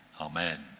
Amen